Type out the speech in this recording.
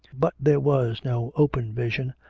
but there was no open vision,